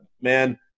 man